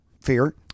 Fear